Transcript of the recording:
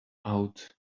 out